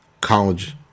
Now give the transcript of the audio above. College